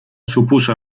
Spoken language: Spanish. supuso